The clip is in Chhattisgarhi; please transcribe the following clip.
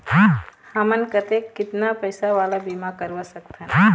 हमन कतेक कितना पैसा वाला बीमा करवा सकथन?